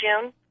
June